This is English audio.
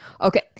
Okay